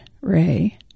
Ray